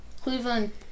Cleveland